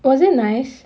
was it nice